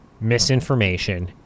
misinformation